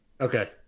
Okay